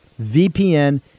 VPN